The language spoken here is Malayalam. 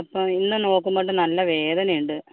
അപ്പം ഇന്ന് നോക്കുമ്പോൾ ഉണ്ട് നല്ല വേദനയുണ്ട്